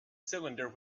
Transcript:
cylinder